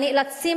הנאלצים